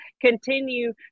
Continue